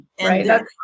Right